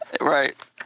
Right